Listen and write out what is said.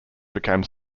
became